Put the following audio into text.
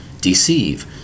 Deceive